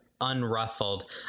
unruffled